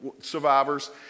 survivors